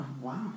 wow